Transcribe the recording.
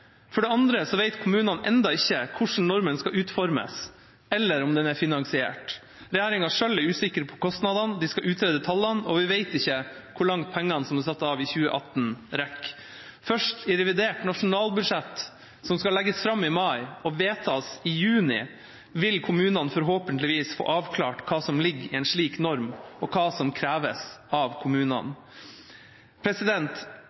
For det andre vet kommunene enda ikke hvordan normen skal utformes, eller om den er finansiert. Regjeringa selv er usikker på kostnadene, den skal utrede tallene, og vi vet ikke hvor langt pengene som er satt av i 2018, rekker. Først i revidert nasjonalbudsjett, som skal legges fram i mai og vedtas i juni, vil kommunene forhåpentligvis få avklart hva som ligger i en slik norm, og hva som kreves av kommunene.